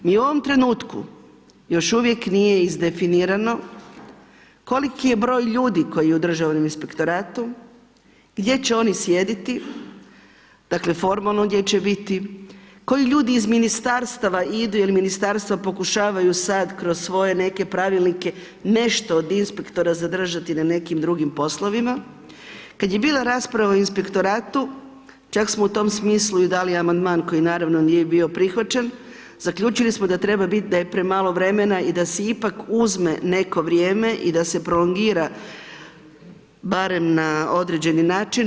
U ovom trenutku još uvijek nije iz definirano koliko je broj ljudi koji je u Državnom inspektoratu, gdje će oni sjediti, dakle, formalno gdje će biti, koji ljudi iz ministarstava idu, jer ministarstva pokušavaju sada, kroz svoje neke pravilnike, nešto od inspektorat zadržati na nekim drugim poslovima, kada je bila rasprava o inspektoratu, čak smo u tom smislu i dali amandman koji naravno nije bilo prihvaćen, zaključili smo da je premalo vremena i da se ipak uzme neko vrijeme i da se prolongira barem na određeni način.